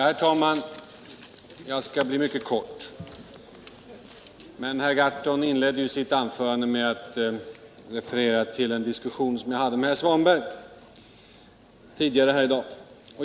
Herr talman! Jag skall fatta mig mycket kort. Herr Gahrton inledde sitt anförande med att referera till den diskussion som jag hade här med herr Svanberg tidigare i dag.